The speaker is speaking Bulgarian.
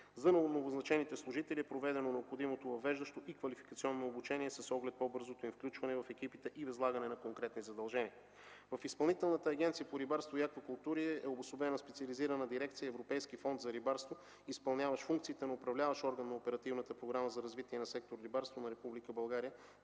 За новоназначените служители е проведено необходимото въвеждащо и квалификационно обучение с оглед по-бързото им включване в екипите и възлагане на конкретни задължения. В Изпълнителната агенция по рибарство и аквакултури е обособена специализирана дирекция „Европейски фонд за рибарство”, изпълняваща функциите на управляващ орган на Оперативната програма за развитие на сектор „Рибарство” на Република България